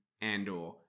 Andor